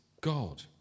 God